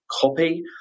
copy